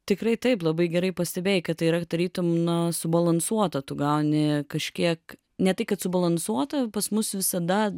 tikrai taip labai gerai pastebėjai kad tai yra tarytum na subalansuota tu gauni kažkiek ne tai kad subalansuota pas mus visada